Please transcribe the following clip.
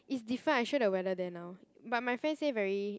is different I show you the weather there now but my friend say very